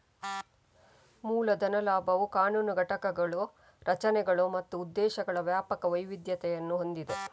ಮೂಲ ಧನ ಲಾಭವು ಕಾನೂನು ಘಟಕಗಳು, ರಚನೆಗಳು ಮತ್ತು ಉದ್ದೇಶಗಳ ವ್ಯಾಪಕ ವೈವಿಧ್ಯತೆಯನ್ನು ಹೊಂದಿದೆ